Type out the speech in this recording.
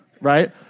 right